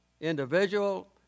Individual